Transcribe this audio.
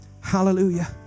Hallelujah